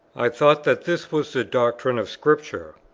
i thought that this was the doctrine of scripture,